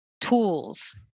tools